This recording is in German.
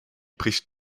bricht